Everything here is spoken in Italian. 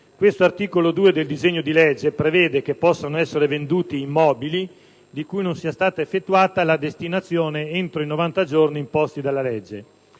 L'articolo 2 del disegno di legge prevede che possano essere venduti immobili di cui non sia stata effettuata la destinazione entro i 90 giorni imposti dalla legge.